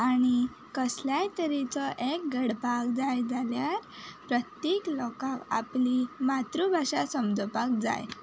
आनी कसल्याय तरेचो एक घडपाक जाय जाल्यार प्रत्येक लोकांक आपली मात्रभाशा समजपाक जाय